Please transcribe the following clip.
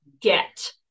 get